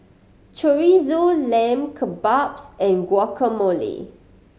Chorizo Lamb Kebabs and Guacamole